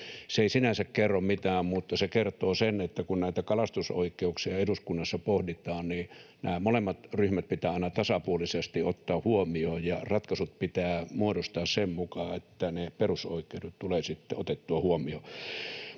Se ei sinänsä kerro mitään, mutta se kertoo sen, että kun näitä kalastusoikeuksia eduskunnassa pohditaan, niin nämä molemmat ryhmät pitää aina tasapuolisesti ottaa huomioon ja ratkaisut pitää muodostaa sen mukaan, että ne perusoikeudet tulevat sitten otettua huomioon.